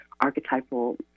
archetypal